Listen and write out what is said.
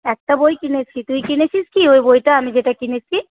একটা বই কিনেছি তুই কিনেছিস কি ওই বইটা আমি যেটা কিনেছি